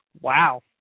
Wow